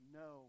no